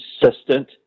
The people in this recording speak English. consistent